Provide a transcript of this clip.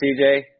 CJ